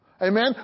Amen